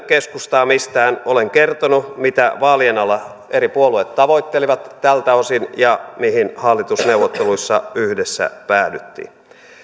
keskustaa mistään olen kertonut mitä vaalien alla eri puolueet tavoittelivat tältä osin ja mihin hallitusneuvotteluissa yhdessä päädyttiin